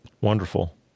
Wonderful